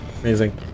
Amazing